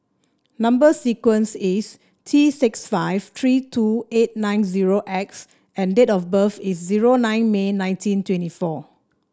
number sequence is T six five three two eight nine zero X and date of birth is zero nine May nineteen twenty four